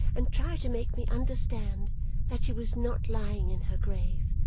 and try to make me understand that she was not lying in her grave,